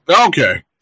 okay